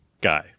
guy